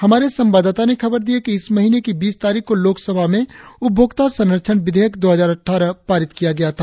हमारे संवाददाताओं ने खबर दी है कि इस महीने की बीस तारीख को लोकसभा में उपभोक्ता संरक्षण विधेयक दो हजार अट्ठारह पारित किया गया था